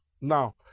now